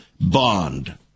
bond